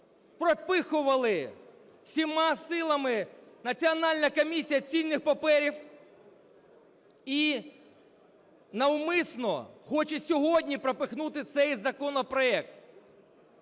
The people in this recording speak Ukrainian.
пропихували всіма силами Національна комісія цінних паперів і навмисно хоче сьогодні пропихнути цей законопроект.